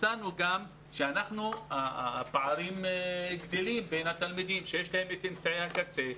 מצאנו שהפערים גדלים בין התלמידים שיש להם את אמצעי הקצה,